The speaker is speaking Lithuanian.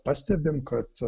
pastebim kad